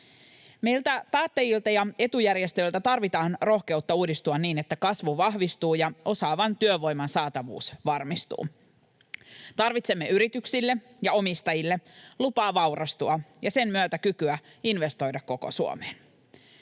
Meiltä päättäjiltä ja etujärjestöiltä tarvitaan rohkeutta uudistua niin, että kasvu vahvistuu ja osaavan työvoiman saatavuus varmistuu. Tarvitsemme yrityksille ja omistajille lupaa vaurastua ja sen myötä kykyä investoida koko Suomeen.